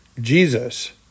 Jesus